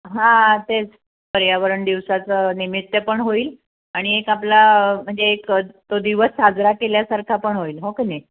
हा तेच पर्यावरण दिवसाचं निमित्त पण होईल आणि एक आपला म्हणजे एक तो दिवस साजरा केल्यासारखा पण होईल हो की नाही